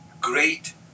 great